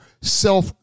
self